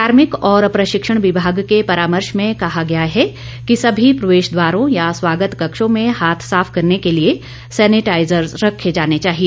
कार्भिक और प्रशिक्षण विभाग के परामर्श में कहा गया है कि सभी प्रवेश द्वारों या स्वागत कक्षों में हाथ साफ करने के लिए सेनिटाजर्स रखे जाने चाहिए